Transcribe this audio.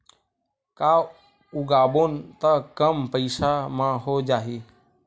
का उगाबोन त कम पईसा म हो जाही?